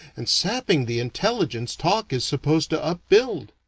and sapping the intelligence talk is supposed to upbuild.